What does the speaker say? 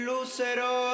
Lucero